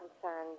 concerns